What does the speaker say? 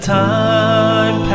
time